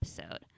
episode